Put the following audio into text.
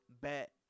Bet